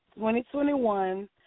2021